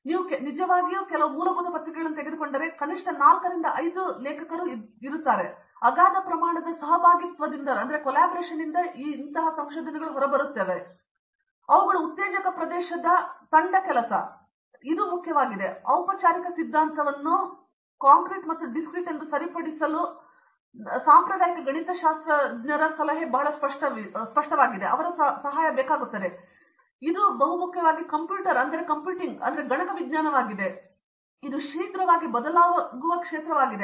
ನೀವು ಕೆಲವು ನಿಜವಾಗಿಯೂ ಮೂಲಭೂತ ಪತ್ರಿಕೆಗಳನ್ನು ತೆಗೆದುಕೊಂಡರೆ ಕನಿಷ್ಠ 4 ರಿಂದ 5 ಲೇಖಕರು ಸರಿಯಾಗಿ ಇದ್ದಾರೆ ಅವುಗಳು ಅಗಾಧ ಪ್ರಮಾಣದ ಸಹಭಾಗಿತ್ವದಿಂದ ಹೊರಬರುತ್ತವೆ ಅವುಗಳು ಉತ್ತೇಜಕ ಪ್ರದೇಶದ ತಂಡ ಕೆಲಸವು ಬಹಳ ಮುಖ್ಯವಾಗಿದೆ ಮತ್ತು ನಂತರ ನಿಮ್ಮ ಔಪಚಾರಿಕ ಸಿದ್ಧಾಂತವನ್ನು ನಿಮ್ಮ ಕಾಂಕ್ರೀಟ್ ಮತ್ತು ಡಿಸ್ಕ್ರೀಟ್ ಸರಿಪಡಿಸಲು ನನ್ನ ಸಾಂಪ್ರದಾಯಿಕ ಗಣಿತಶಾಸ್ತ್ರ ಸಲಹೆ ಬಹಳ ಸ್ಪಷ್ಟವಾಗಿದೆ ಅದು ಬಹಳ ಮುಖ್ಯವಾದ ಕಂಪ್ಯೂಟರ್ ವಿಜ್ಞಾನವಾಗಿದೆ ಇದು ಶೀಘ್ರವಾಗಿ ಬದಲಾಗುವ ಕ್ಷೇತ್ರವಾಗಿದೆ